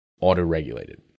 auto-regulated